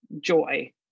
joy